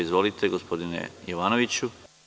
Izvolite, gospodine Jovanoviću.